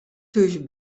thús